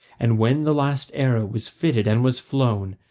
and when the last arrow was fitted and was flown,